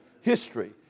history